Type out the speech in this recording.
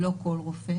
ולא כל רופא.